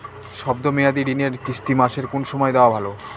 শব্দ মেয়াদি ঋণের কিস্তি মাসের কোন সময় দেওয়া ভালো?